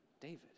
David